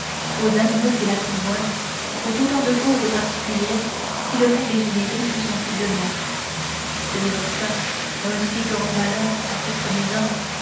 qu'aux animaux qu'il apprivoise sont autant de causes particulières qui le font dégénérer plus sensiblement ce n'est donc pas un si grand malheur à ces premiers hommes